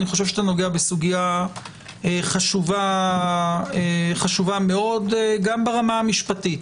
אני חושב שאתה נוגע בסוגיה חשובה מאוד גם ברמה המשפטית.